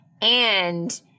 and-